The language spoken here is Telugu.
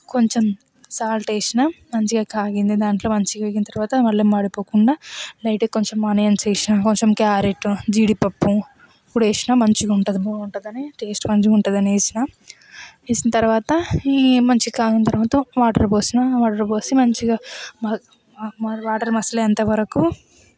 కొంచెం సాల్ట్ వేసిన మంచిగా కాగింది దాంట్లో మంచిగా వేగిన తర్వాత మళ్లీ మాడిపోకుండా లైట్గా కొంచెం ఆనియన్స్ వేసిన కొంచెం క్యారెట్ జీడిపప్పు ఇప్పుడు వేసిన మంచిగుంటుంది బాగుంటుందని టేస్ట్ మంచిగా ఉంటుందని వేసిన వేసిన తర్వాత ఈ మంచిగా కాగిన తర్వాత వాటర్ పోసిన వాటర్ పోసి మంచిగా వాటర్ మసిలే అంతవరకు